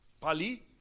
Pali